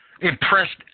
Impressed